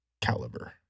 caliber